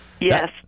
Yes